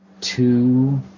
two